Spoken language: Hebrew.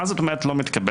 מה זאת אומרת לא מתקבלת?